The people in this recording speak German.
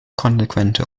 konsequente